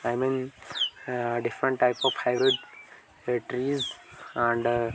I mean different type of hybrid trees and